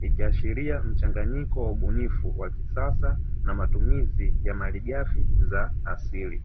ikiashiria mchanganyiko wa ubunifu wa kisasa na matumizi ya malighafi za asili.